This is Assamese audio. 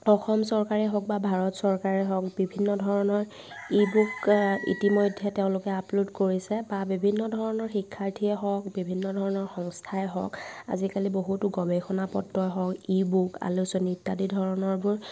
অসম চৰকাৰেই হওক বা ভাৰত চৰকাৰেই হওক বিভিন্ন ধৰণৰ ই বুক ইতিমধ্যে তেওঁলোকে আপলোড কৰিছে বা বিভিন্ন ধৰণৰ শিক্ষাৰ্থীয়ে হওক বিভিন্ন ধৰণৰ সংস্থাই হওক আজিকালি বহুতো গৱেষণা পত্ৰই হওক ই বুক আলোচনী ইত্যাদি ধৰণৰ